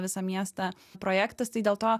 visą miestą projektas tai dėl to